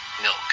milk